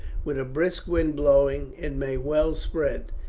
with a brisk wind blowing, it may well spread.